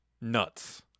nuts